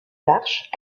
l’arche